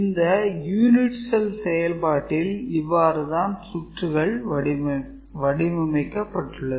இந்த "Unit Cell" செயல்பாட்டில் இவ்வாறு தான் சுற்றுகள் வடிவமைக்கப்பட்டுள்ளது